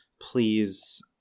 please